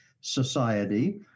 Society